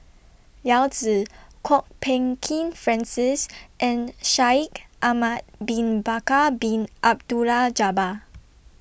Yao Zi Kwok Peng Kin Francis and Shaikh Ahmad Bin Bakar Bin Abdullah Jabbar